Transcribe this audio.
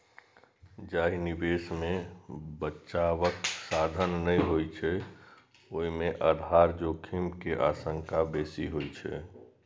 जाहि निवेश मे बचावक साधन नै होइ छै, ओय मे आधार जोखिम के आशंका बेसी होइ छै